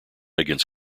against